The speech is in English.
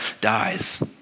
dies